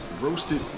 roasted